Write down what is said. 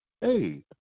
Hey